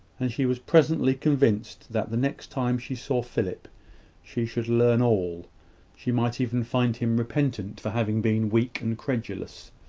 and she was presently convinced that the next time she saw philip she should learn all she might even find him repentant for having been weak and credulous.